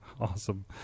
Awesome